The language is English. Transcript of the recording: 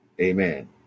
amen